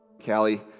Callie